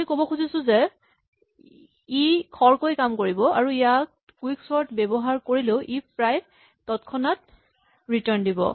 আমি ক'ব খুজিছো যে ই খৰকৈ কাম কৰিব আৰু ইয়াত কুইকচৰ্ট ব্যৱহাৰ কৰিলেও ই প্ৰায় তৎক্ষণাৎ ৰিটাৰ্ন দিব